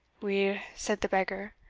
weel, said the beggar,